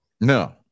No